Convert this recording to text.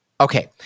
Okay